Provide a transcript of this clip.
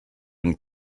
and